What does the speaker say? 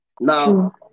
Now